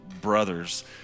brothers